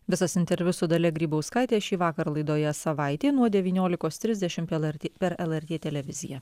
visas interviu su dalia grybauskaite šįvakar laidoje savaitė nuo devyniolikos trisdešim lrt per lrt televiziją